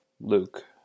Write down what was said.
Luke